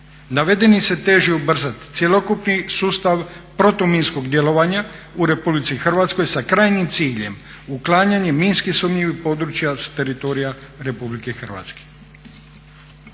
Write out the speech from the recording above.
Navedenim se teži ubrzati cjelokupni sustav protuminskog djelovanja u RH sa krajnjim ciljem uklanjanja minski sumnjivih područja s teritorija RH. Prema važećem